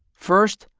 first,